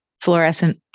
fluorescent